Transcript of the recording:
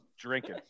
drinking